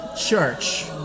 Church